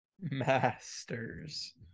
Masters